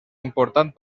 important